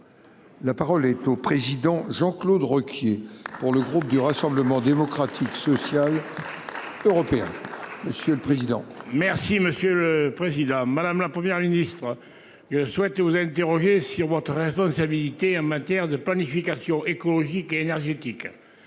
La parole est au président Jean-Claude Requier. Pour le groupe du Rassemblement démocratique social. Européen. Monsieur le président. Merci monsieur le président, madame, la Première ministre. Je souhaite vous interroger sur votre responsabilité en matière de planification écologique et énergétique.